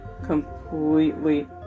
completely